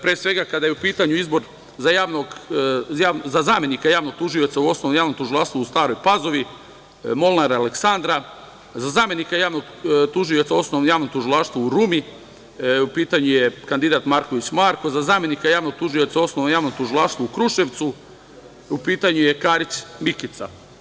Pre svega, kada je u pitanju izbor za zamenika javnog tužioca u Osnovnom javnom tužilaštvu u Staroj Pazovi - Molnar Aleksandar; za zamenika javnog tužioca u Osnovnom javnom tužilaštvu u Rumi - kandidat Marković Marko; za zamenika javnog tužioca u Osnovnom javnom tužilaštvu u Kruševcu - Karić Mikica.